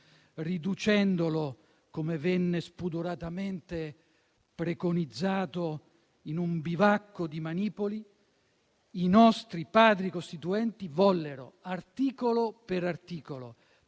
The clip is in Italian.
riducendolo - come venne spudoratamente preconizzato - in un «bivacco di manipoli», i nostri Padri costituenti vollero, articolo per articolo,